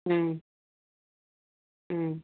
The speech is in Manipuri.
ꯎꯝ ꯎꯝ